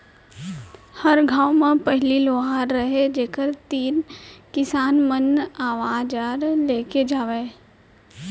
हर गॉंव म पहिली लोहार रहयँ जेकर तीन किसान मन अवजार लेके जावयँ